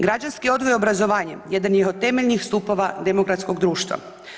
Građanski odgoj i obrazovanje jedan je od temeljnih stupova demokratskog društva.